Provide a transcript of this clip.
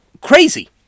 crazy